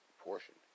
portion